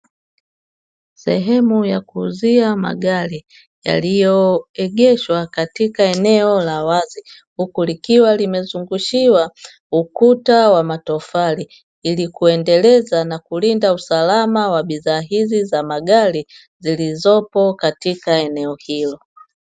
Sehemu ya kuuzia magari yaliyoegeshwa katika eneo la wazi huku likiwa limezungushiwa ukuta wa matofali. Ili kuendeleza na kulinda usalama wa bidhaa hizi za magari zilizopo katika eneo hilo.